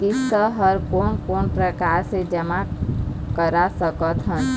किस्त हर कोन कोन प्रकार से जमा करा सकत हन?